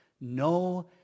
no